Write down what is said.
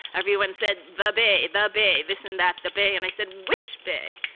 everyone said the bay, the bay, this and that the bay and i said which bay.